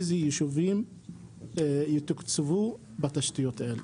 אילו יישובים יתוקצבו בתשתיות האלה?